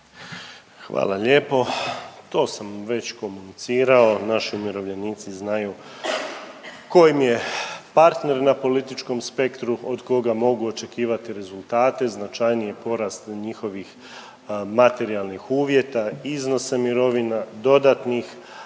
Hvala lijepo, to sam već komunicirao, naši umirovljenici znaju ko im je partner na političkom spektru, od koga mogu očekivati rezultate, značajniji porast njihovih materijalnih uvjeta, iznosa mirovina, dodatnih